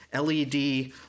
LED